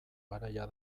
garaia